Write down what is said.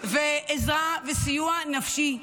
ועזרה וסיוע נפשי לילדים-של,